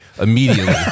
immediately